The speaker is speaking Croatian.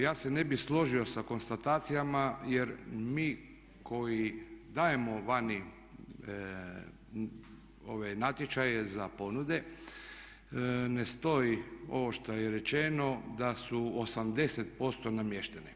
Ja se ne bi složio sa konstatacijama jer mi koji dajemo vani ove natječaje za ponude ne stoji ovo što je rečeno da su 80% namještene.